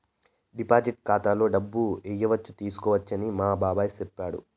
deposit ఖాతాలో డబ్బులు ఏయచ్చు తీసుకోవచ్చని మా బాబాయ్ చెప్పాడు